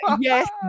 Yes